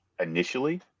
initially